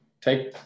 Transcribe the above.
Take